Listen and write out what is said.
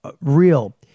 real